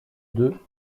deux